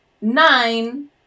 nine